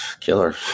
killer